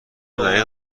دقیق